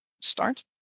start